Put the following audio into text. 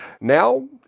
Now